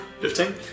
Fifteen